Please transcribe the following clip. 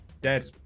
Dead